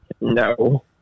No